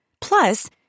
Plus